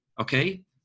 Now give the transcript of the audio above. okay